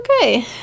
Okay